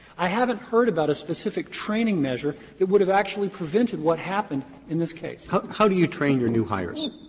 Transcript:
i haven't heard about a specific training measure that would have actually prevented what happened in this case. roberts how do you train your new hires?